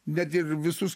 net ir visus